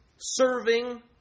serving